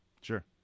Sure